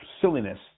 silliness